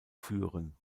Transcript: führen